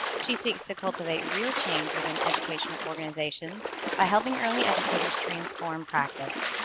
she seeks to cultivate real change within educational organizations by helping early educators transform practice.